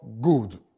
good